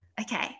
Okay